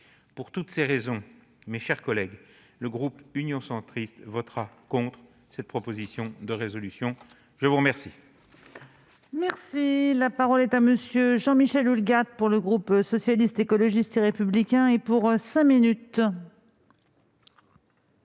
Pour toutes ces raisons, mes chers collègues, le groupe Union Centriste votera contre cette proposition de résolution. La parole